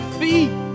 feet